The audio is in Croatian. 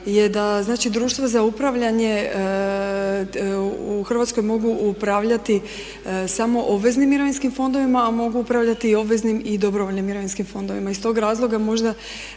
da društvo za upravljanje, u Hrvatskoj mogu upravljati samo obveznim mirovinskim fondovima a mogu upravljati i obveznim i dobrovoljnim mirovinskim fondovima. Iz tog razloga možda